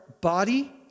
body